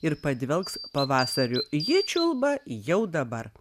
ir padvelks pavasariu ji čiulba jau dabar